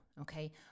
okay